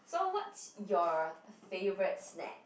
so what's your favourite snack